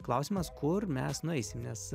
klausimas kur mes nueisim nes